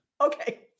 Okay